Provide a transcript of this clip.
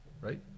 right